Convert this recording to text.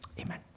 amen